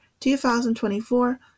2024